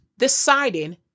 Deciding